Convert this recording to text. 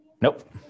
Nope